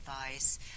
advice